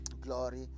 Glory